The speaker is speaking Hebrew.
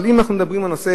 אבל אם אנחנו מדברים בנושא